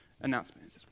announcement